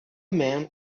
man